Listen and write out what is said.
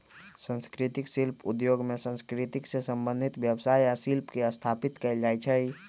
संस्कृतिक शिल्प उद्योग में संस्कृति से संबंधित व्यवसाय आ शिल्प के स्थापित कएल जाइ छइ